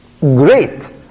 great